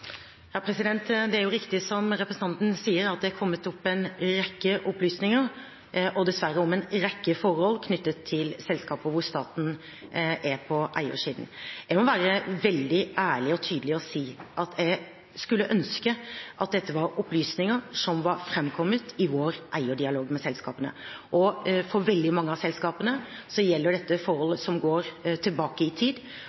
Det er riktig som representanten sier, at det er kommet fram en rekke opplysninger, og dessverre om en rekke forhold knyttet til selskaper hvor staten er på eiersiden. Jeg må være veldig ærlig og tydelig og si at jeg skulle ønske at dette var opplysninger som var fremkommet i vår eierdialog med selskapene. For veldig mange av selskapene gjelder dette